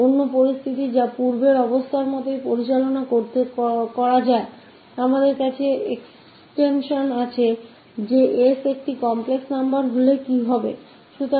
दूसरी स्थिति फिर से जिसे पिछले एक के समान संभाला जा सकता है हमारे पास है विस्तार कि क्या होगा जब s एक जटिल संख्या है